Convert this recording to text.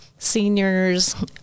Seniors